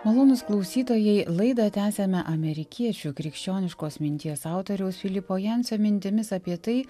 malonūs klausytojai laida tęsiame amerikiečių krikščioniškos minties autoriaus filipo jansio mintimis apie tai